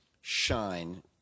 Shine